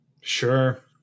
Sure